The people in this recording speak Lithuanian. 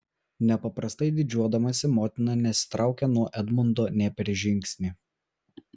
nepaprastai didžiuodamasi motina nesitraukė nuo edmundo nė per žingsnį